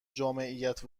جامعیت